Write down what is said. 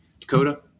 Dakota